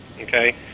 Okay